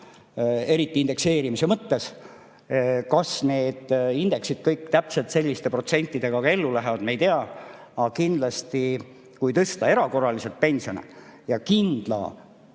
eriti indekseerimise mõttes. Kas need indeksid kõik täpselt selliste protsentidega ka ellu lähevad, me ei tea. Aga kindlasti, kui tõsta erakorraliselt pensione ja kindla